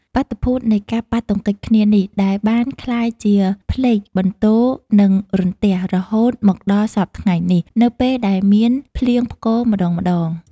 បាតុភូតនៃការប៉ះទង្គិចគ្នានេះហើយ ដែលបានក្លាយជាផ្លេកបន្ទោរ និងរន្ទះ រហូតមកដល់សព្វថ្ងៃនេះ នៅពេលដែលមានភ្លៀងផ្គរម្ដងៗ។